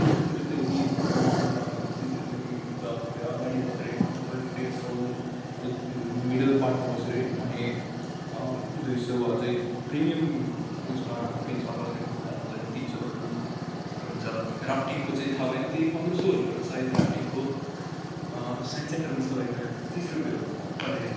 थिएटरतिर त हेरी हेरी हुन्छ मुभीको दामहरू सिटहरू हेरी हेरी हुन्छ अब तपाईँ अगाडि बसेर हेर्नु भयो भने तपाईँको डेढ सौ अलिक मिडल पार्टमा बसेर हेर्नु भने दुई सौ अझै प्रिमियमा उइसमा बेन्चमा बसेर हेर्नु चहानुहुन्छ भने तीन सौहरू त्यस्तो हुन्छ राफटिङको चाहिँ थाहा भएन त्यही पन्ध्र सौहरू होला सायद राफटिङको साइन्स सेन्टरमा चाहिँ तपाईँको यो तिस रुपियाँ हो पर हेड